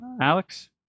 Alex